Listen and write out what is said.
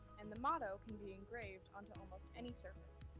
and the motto can be engraved onto almost any surface.